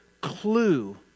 clue